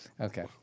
okay